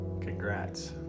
Congrats